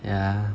yeah